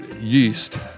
yeast